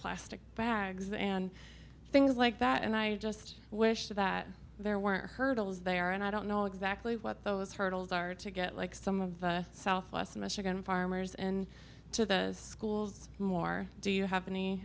plastic bags and things like that and i just wish that there weren't hurdles there and i don't know exactly what those hurdles are to get like some of the southwest michigan farmers and to the schools more do you have any